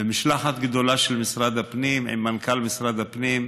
ומשלחת גדולה של משרד הפנים, עם מנכ"ל משרד הפנים,